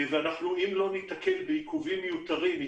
אם לא ניתקל בעיכובים מיותרים,